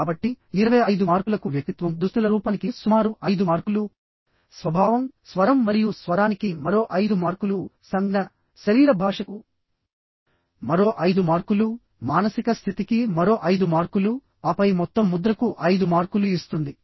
కాబట్టి 25 మార్కులకు వ్యక్తిత్వం దుస్తుల రూపానికి సుమారు 5 మార్కులు స్వభావం స్వరం మరియు స్వరానికి మరో 5 మార్కులు సంజ్ఞ శరీర భాషకు మరో 5 మార్కులు మానసిక స్థితికి మరో 5 మార్కులు ఆపై మొత్తం ముద్రకు 5 మార్కులు ఇస్తుంది